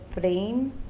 brain